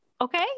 okay